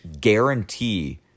guarantee